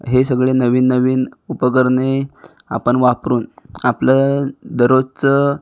हे सगळे नवीन नवीन उपकरणे आपण वापरुन आपलं दररोजचं